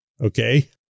Okay